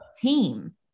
team